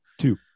Two